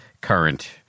current